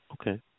Okay